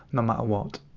no matter what.